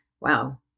wow